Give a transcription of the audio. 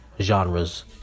genres